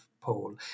poll